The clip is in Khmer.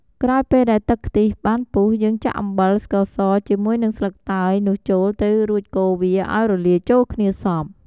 ក្រោយពេលដែលទឹកខ្ទិះបានពុះ យើងចាក់អំបិល ស្ករស ជាមួយនឹងស្លឹកតើយនោះចូលទៅរួចកូរវាឱ្យរលាយចូលគ្នាសព្វ។